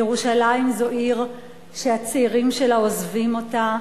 ירושלים זו עיר שהצעירים שלה עוזבים אותה,